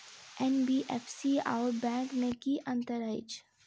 NBFC आओर bank मे की अंतर अछि?